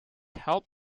helps